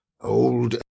old